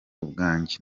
ubwanjye